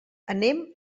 anem